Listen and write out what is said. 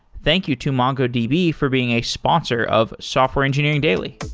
thank you to mongodb be for being a sponsor of software engineering daily